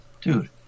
Dude